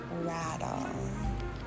rattle